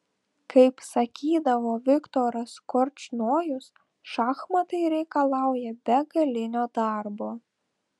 kaip sakydavo viktoras korčnojus šachmatai reikalauja begalinio darbo